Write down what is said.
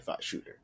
shooter